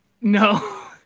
No